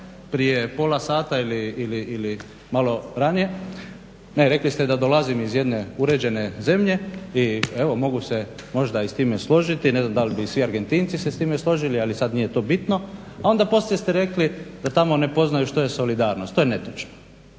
prije pola sata ili malo ranije, ne rekli ste da dolazim iz jedne uređene zemlje, i evo mogu se možda i s time složiti ne znam da li bi i svi Argentinci se s time složili, ali sad nije to bitno, a onda poslije ste rekli da tamo ne poznaju što je solidarnost. To je netočno